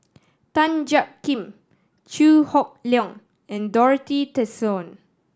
Tan Jiak Kim Chew Hock Leong and Dorothy Tessensohn